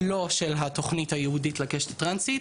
לא של התוכנית הייעודית לקשת הטרנסית,